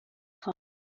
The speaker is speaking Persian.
خواهد